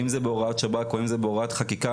ואם זה בהוראת שב"כ או בהוראת חקיקה